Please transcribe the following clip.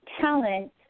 talent